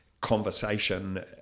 conversation